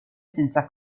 senza